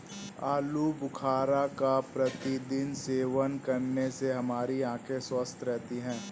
आलू बुखारा का प्रतिदिन सेवन करने से हमारी आंखें स्वस्थ रहती है